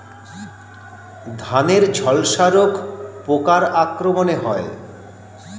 ধানের ঝলসা রোগ পোকার আক্রমণে হয়?